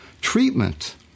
treatment